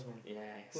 yes